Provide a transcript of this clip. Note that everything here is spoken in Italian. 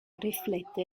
riflette